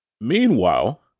Meanwhile